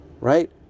Right